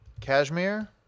Cashmere